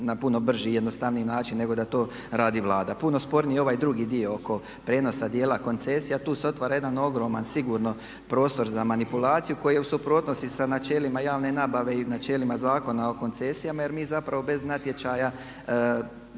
na puno brži i jednostavniji način nego da to radi Vlada. Puno je sporniji ovaj drugi dio oko prijenosa dijela koncesija. Tu se otvara jedan ogroman sigurno prostor za manipulaciju koji je u suprotnosti sa načelima javne nabave i načelima Zakona o koncesijama, jer mi zapravo bez natječaja,